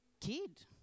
kid